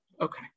Okay